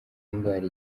indwara